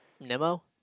Nemo